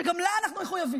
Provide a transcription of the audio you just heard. שגם לה אנחנו מחויבים,